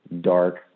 dark